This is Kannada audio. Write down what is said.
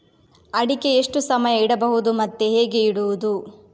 ಅಡಿಕೆ ಎಷ್ಟು ಸಮಯ ಇಡಬಹುದು ಮತ್ತೆ ಹೇಗೆ ಇಡುವುದು?